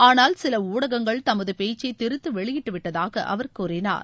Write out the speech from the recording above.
ஆனால் சில ஊடகங்கள் தமது பேச்சை திரித்து வெளியிட்டு விட்டதாக அவர் கூறினார்